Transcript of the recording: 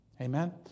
Amen